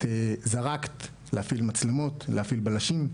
את זרקת, להפעיל מצלמות, להפעיל בלשים,